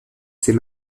ses